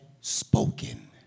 spoken